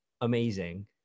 amazing